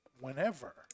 whenever